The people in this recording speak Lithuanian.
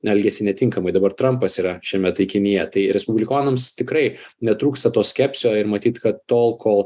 elgėsi netinkamai dabar trampas yra šiame taikinyje tai respublikonams tikrai netrūksta to skepsio ir matyt kad tol kol